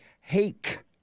Hake